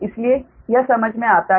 इसलिए यह समझ में आता है